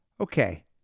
Okay